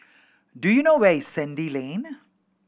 do you know where is Sandy Lane